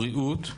בריאות,